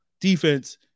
defense